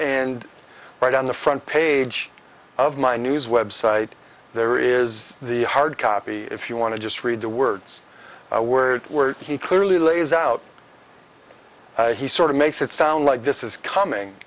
and right on the front page of my news website there is the hard copy if you want to just read the words words were he clearly lays out he sort of makes it sound like this is coming